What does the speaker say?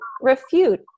refute